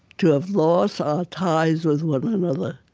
to have lost our ties with one another,